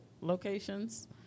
locations